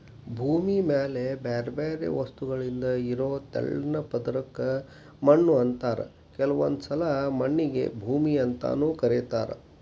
ಭೂಮಿ ಮ್ಯಾಲೆ ಬ್ಯಾರ್ಬ್ಯಾರೇ ವಸ್ತುಗಳಿಂದ ಇರೋ ತೆಳ್ಳನ ಪದರಕ್ಕ ಮಣ್ಣು ಅಂತಾರ ಕೆಲವೊಂದ್ಸಲ ಮಣ್ಣಿಗೆ ಭೂಮಿ ಅಂತಾನೂ ಕರೇತಾರ